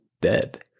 dead